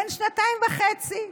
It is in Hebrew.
בן שנתיים וחצי,